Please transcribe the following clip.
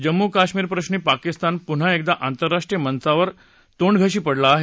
जम्मू कश्मीर प्रश्री पाकिस्तान पुन्हा एकदा आतरराष्ट्रीय मंचावर तोंडघशी पडला आहे